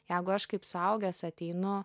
jeigu aš kaip suaugęs ateinu